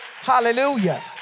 Hallelujah